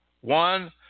One